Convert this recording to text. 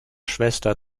schwester